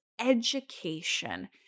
education